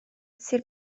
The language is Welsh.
sir